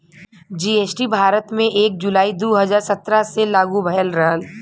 GST Bharat में एक जुलाई दू हजार सत्रह से लागू भयल रहल